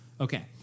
Okay